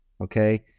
okay